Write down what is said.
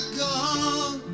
gone